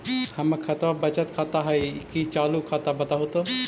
हमर खतबा बचत खाता हइ कि चालु खाता, बताहु तो?